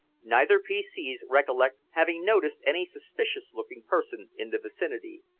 neither p c s recollect having noticed any suspicious-looking person in the vicinity.